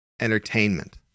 entertainment